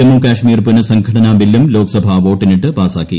ജമ്മു കാശ്മീർ പുനഃസംഘടനാ ബില്ലും ലോക്സഭ വോട്ടിനിട്ട് പാസ്സാക്കി